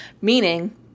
meaning